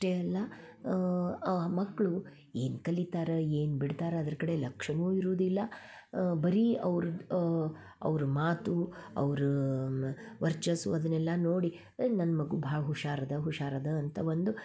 ಅಷ್ಟೇ ಅಲ್ಲ ಆ ಮಕ್ಕಳು ಏನು ಕಲಿತಾರೆ ಏನು ಬಿಡ್ತಾರ ಅದ್ರ ಕಡೆ ಲಕ್ಷ್ಯವೂ ಇರುವುದಿಲ್ಲ ಬರೀ ಅವ್ರ ಅವ್ರ ಮಾತು ಅವ್ರ ವರ್ಚಸ್ಸು ಅದನ್ನೆಲ್ಲ ನೋಡಿ ನನ್ನ ಮಗು ಬಹಳ ಹುಷಾರಿದ ಹುಷಾರದ ಅಂತ ಒಂದು